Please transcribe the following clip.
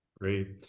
Great